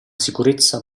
sicurezza